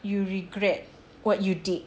you regret what you did